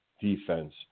defense